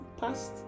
past